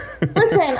Listen